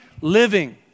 living